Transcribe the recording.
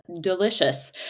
delicious